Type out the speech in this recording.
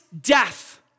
death